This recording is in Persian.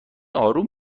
آروم